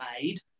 made